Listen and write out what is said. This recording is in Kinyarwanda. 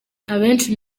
abenshi